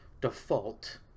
default